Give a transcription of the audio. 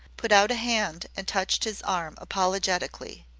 put out a hand and touched his arm apologetically.